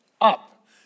Up